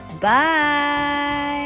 Bye